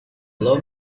love